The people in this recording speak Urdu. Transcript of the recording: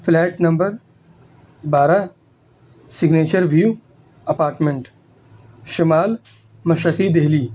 فلیٹ نمبر بارہ سگنیچر ویو اپارٹمنٹ شمال مشرقی دہلی